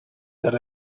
that